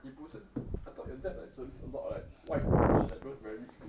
你不是 I thought your dad like service a lot like 外国人 like those very rich very [one]